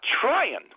trying